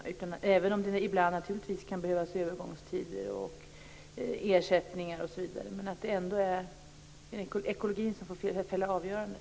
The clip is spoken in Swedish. Visserligen kan det naturligtvis behövas övergångstider, ersättningar osv. ibland, men det måste vara ekologin som får fälla avgörandet.